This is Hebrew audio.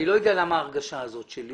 אני לא יודע למה ההרגשה הזאת שלי